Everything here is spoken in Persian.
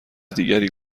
دیگری